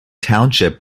township